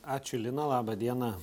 ačiū lina laba diena